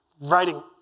writing